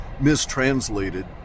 mistranslated